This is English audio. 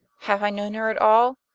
have i known her at all?